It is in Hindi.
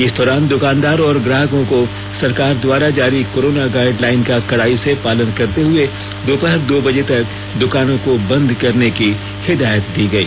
इस दौरान द्वकानदार और ग्राहकों को सरकार के द्वारा जारी कोरोना गाईडलाइन का कड़ाई से पालन करते हुए दोपहर दो बजे तक दुकानों को बंद करने की हिदायत दी गई